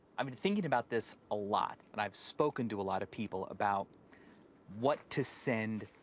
i've been thinking about this a lot, and i've spoken to a lot of people about what to send,